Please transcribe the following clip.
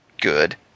good